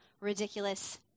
ridiculous